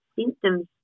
symptoms